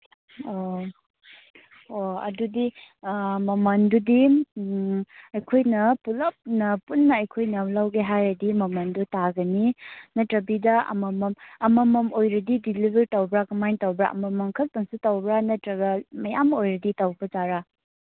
ꯑꯣ ꯑꯣ ꯑꯗꯨꯗꯤ ꯃꯃꯟꯗꯨꯗꯤ ꯑꯩꯈꯣꯏꯅ ꯄꯨꯂꯞꯅ ꯄꯨꯟꯅ ꯑꯩꯈꯣꯏꯅ ꯂꯧꯒꯦ ꯍꯥꯏꯔꯗꯤ ꯃꯃꯟꯗꯣ ꯇꯥꯒꯅꯤ ꯅꯠꯇꯕꯤꯗ ꯑꯃꯃꯝ ꯑꯃꯃꯝ ꯑꯣꯏꯔꯗꯤ ꯗꯤꯂꯤꯚꯔ ꯇꯧꯕ꯭ꯔꯥ ꯀꯃꯥꯏꯅ ꯇꯧꯕ꯭ꯔꯥ ꯑꯃꯃꯝ ꯈꯛꯇꯪꯁꯨ ꯇꯧꯕ꯭ꯔꯥ ꯅꯠꯇ꯭ꯔꯒ ꯃꯌꯥꯝ ꯑꯣꯏꯔꯗꯤ ꯇꯧꯕ ꯖꯥꯠꯂꯥ